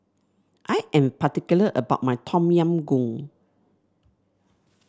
I am particular about my Tom Yam Goong